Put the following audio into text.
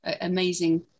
amazing